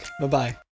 Bye-bye